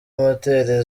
moteri